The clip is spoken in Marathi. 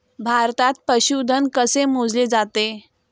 भारतात पशुधन कसे मोजले जाते?